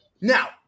Now